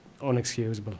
unexcusable